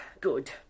Good